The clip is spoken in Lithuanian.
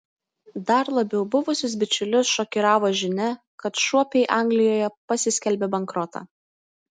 dar labiau buvusius bičiulius šokiravo žinia kad šuopiai anglijoje pasiskelbė bankrotą